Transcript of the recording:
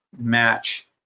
match